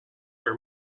are